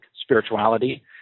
spirituality